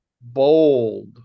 bold